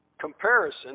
comparison